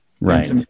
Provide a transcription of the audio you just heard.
right